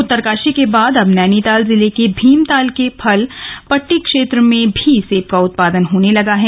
उत्तरकाशी के बाद अब नैनीताल जिले के भीमताल के फल पट्टी क्षेत्र में भी सेब का उत्पादन होने लगा है